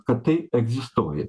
kad tai egzistuoja